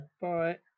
Bye